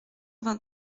vingt